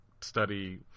study